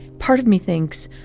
part of me thinks,